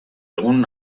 egun